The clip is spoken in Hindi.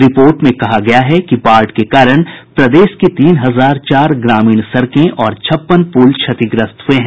रिपोर्ट में कहा गया है कि बाढ़ के कारण प्रदेश की तीन हजार चार ग्रामीण सड़कें और छप्पन पुल क्षतिग्रस्त हुये हैं